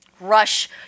rush